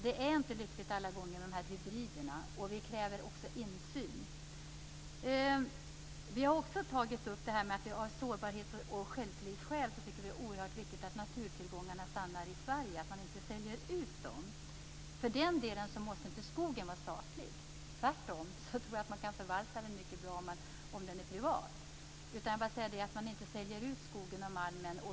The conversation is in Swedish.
Det är dock inte alla gånger lyckligt med de här hybriderna. Dessutom kräver vi insyn. Vi har också tagit upp att det av sårbarhets och självtillitsskäl är oerhört viktigt att naturtillgångarna stannar i Sverige, att man inte säljer ut dem. För den delen måste dock inte skogen vara statlig. Tvärtom tror jag att man kan förvalta den mycket bra privat. Jag menar bara att man inte skall sälja ut skogen och malmen.